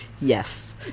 Yes